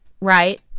right